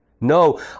No